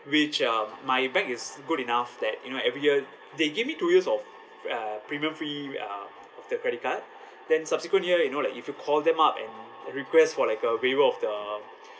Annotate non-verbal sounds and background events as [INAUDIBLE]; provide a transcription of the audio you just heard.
which uh my bank is good enough that you know every year they gave me two years of uh premium free uh of the credit card then subsequent year you know like if you call them up and request for like a waiver of the [BREATH]